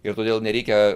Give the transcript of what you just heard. ir todėl nereikia